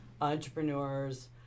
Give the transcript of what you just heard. entrepreneurs